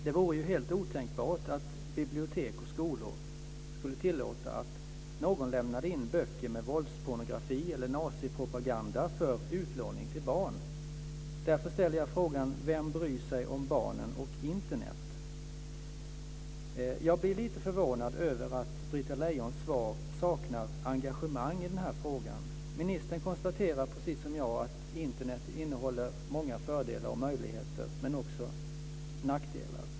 Det vore helt otänkbart att bibliotek och skolor skulle tillåta att någon lämnade in böcker med våldspornografi eller nazipropaganda för utlåning till barn. Internet? Jag blir lite förvånad över att Britta Lejons svar saknar engagemang i den här frågan. Ministern konstaterar precis som jag att Internet innehåller många fördelar och möjligheter men också nackdelar.